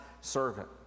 servant